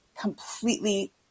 completely